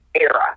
era